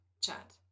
chat